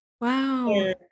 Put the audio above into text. Wow